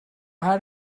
had